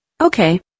Okay